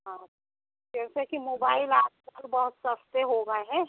हाँ क्यों से की मोबाइल आजकल बहुत सस्ते हो गए हें